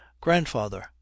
Grandfather